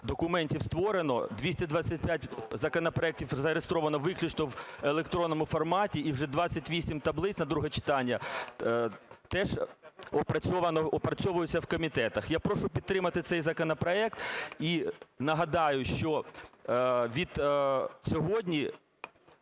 документів створено, 225 законопроектів зареєстровано виключно в електронному форматі, і вже 28 таблиць на друге читання теж опрацьовуються в комітетах. Я прошу підтримати цей законопроект. І нагадаю, що від сьогодні